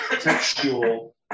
textual